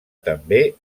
també